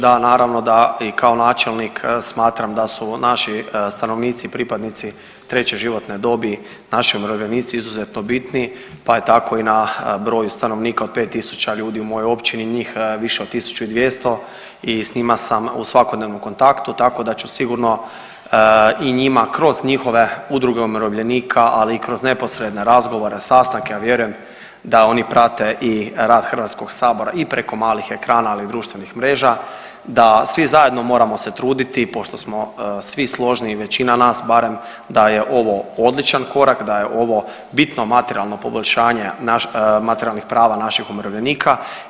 Da, naravno da i kao načelnik smatram da su naši stanovnici pripadnici treće životne dobi naši umirovljenici izuzetno bitni, pa tako i na broju stanovnika od 5000 ljudi u mojoj općini njih više od 1200 i s njima sam u svakodnevnom kontaktu, tako da ću sigurno i njima kroz njihove udruge umirovljenika ali i kroz neposredne razgovore, sastanke ja vjerujem da oni prate i rad Hrvatskog sabora i preko malih ekrana ali i društvenih mreža, da svi zajedno moramo se truditi pošto smo svi složni, većina nas barem da je ovo odličan korak, da je ovo bitno materijalno poboljšanje materijalnih prava naših umirovljenika.